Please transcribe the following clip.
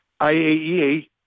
IAEA